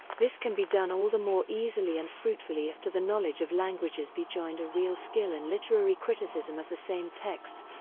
this can be done all the more easily and fruitfully if to the knowledge of languages be joined a real skill in literary criticism of the same text.